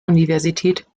universität